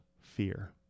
fear